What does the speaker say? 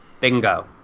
Bingo